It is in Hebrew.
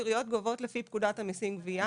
עיריות גובות לפי פקודת המיסים גבייה.